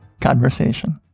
conversation